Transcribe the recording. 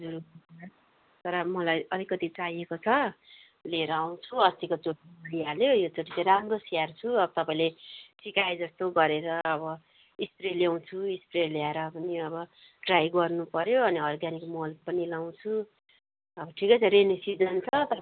हजुर तर मलाई अलिकति चाहिएको छ लिएर आउँछु अस्तिको त्यो मरिहाल्यो यो चाहिँ राम्रो स्याहार्छु तपाईँले सिकाए जस्तो गरेर अब स्प्रे ल्याउँछु स्प्रे ल्याएर पनि अब ट्राई गर्नु पर्यो अनि अर्गानिक मल पनि लगाउँछु अब ठिकै छ रेनी सिजन छ